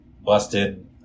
busted